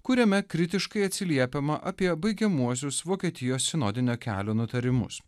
kuriame kritiškai atsiliepiama apie baigiamuosius vokietijos sinodinio kelio nutarimus